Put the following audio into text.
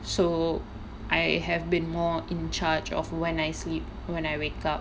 so I have been more in charge of when I sleep when I wake up